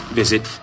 visit